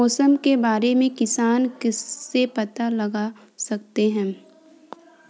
मौसम के बारे में किसान किससे पता लगा सकते हैं?